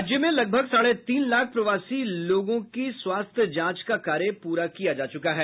राज्य में लगभग साढ़े तीन लाख प्रवासी लोगों की स्वास्थ्य जांच का कार्य प्ररा किया जा चुका है